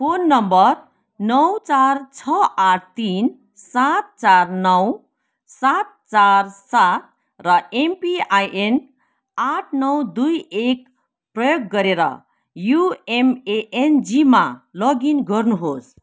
phone number नौ चार छ आठ तिन सात चार नौ सात चार सात र एमपिआइएन आठ नौ दुई एक प्रयोग गरेर युएमएएनजिमा लगइन गर्नुहोस्